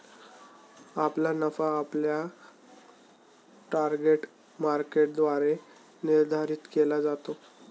आपला नफा आपल्या टार्गेट मार्केटद्वारे निर्धारित केला जातो